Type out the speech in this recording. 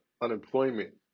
unemployment